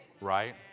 Right